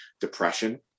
depression